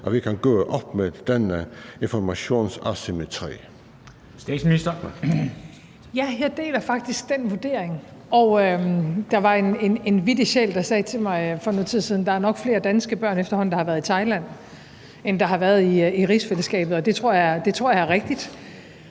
13:26 Statsministeren (Mette Frederiksen): Ja, jeg deler faktisk den vurdering. Der var en vittig sjæl, der sagde til mig for noget tid siden, at der efterhånden nok er flere danske børn, der har været i Thailand, end der har været i rigsfællesskabet, og det tror jeg er rigtigt.